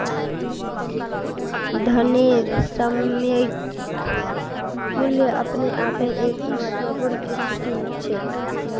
धनेर सामयिक मूल्य अपने आपेर एक महत्वपूर्ण स्थिति छेक